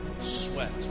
sweat